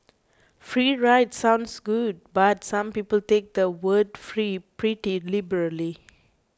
free rides sounds good but some people take the word free pretty liberally